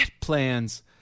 plans